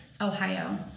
Ohio